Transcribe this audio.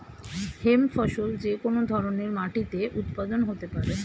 hemp ফসল যে কোন ধরনের মাটিতে উৎপাদন হতে পারে